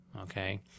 Okay